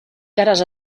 cares